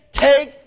take